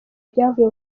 ibyavuye